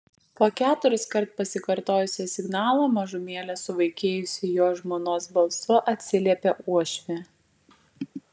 po keturiskart pasikartojusio signalo mažumėlę suvaikėjusiu jo žmonos balsu atsiliepė uošvė